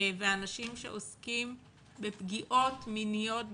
והאנשים שעוסקים בפגיעות מיניות בילדים.